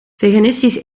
veganistisch